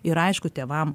ir aišku tėvam